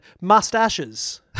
mustaches